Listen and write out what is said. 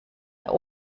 der